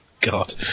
God